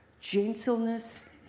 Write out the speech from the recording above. gentleness